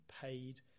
paid